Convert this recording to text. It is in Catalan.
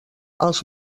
els